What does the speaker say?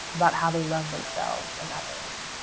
about how they loved themselves and others.